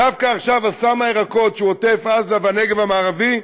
דווקא עכשיו אסם הירקות שהוא עוטף-עזה והנגב המערבי,